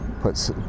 puts